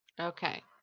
Okay